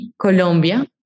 Colombia